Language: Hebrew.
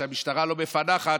שהמשטרה לא מפענחת,